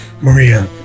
Maria